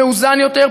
מאוזן יותר,